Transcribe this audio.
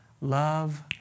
love